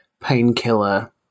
painkiller